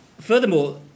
Furthermore